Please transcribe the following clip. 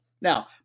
Now